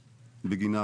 בגינה,